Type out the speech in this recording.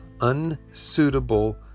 unsuitable